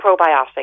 probiotic